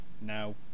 now